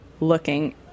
looking